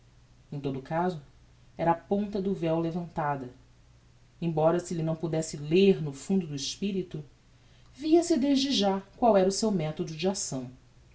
em todo o caso era a ponta do veu levantada embora se lhe não podesse ler no fundo do espirito via-se desde já qual era o seu methodo de acção